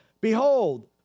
Behold